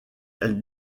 elle